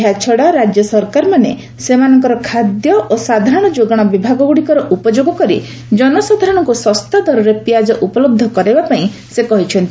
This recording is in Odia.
ଏହାଛଡା ରାଜ୍ୟ ସରକାରମାନେ ସେମାନଙ୍କର ଖାଦ୍ୟ ଓ ସାଧାରଣ ଯୋଗାଣ ବିଭାଗ ଗ୍ରଡ଼ିକର ଉପଯୋଗ କରି ଜନସାଧାରଣଙ୍କ ଶସ୍ତା ଦରରେ ପିଆଜ ଉପଲହ୍ଧ କରାଇବା ପାଇଁ ସେ କହିଛନ୍ତି